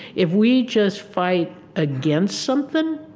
if we just fight against something,